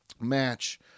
match